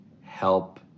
help